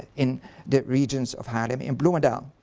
in the regions of haarlem, in bloemandaal.